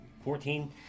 Fourteen